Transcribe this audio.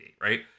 right